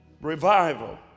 Revival